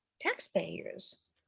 taxpayers